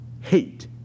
hate